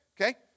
okay